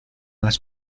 las